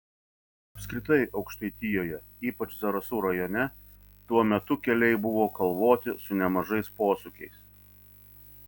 apskritai aukštaitijoje ypač zarasų rajone tuo metu keliai buvo kalvoti su nemažais posūkiais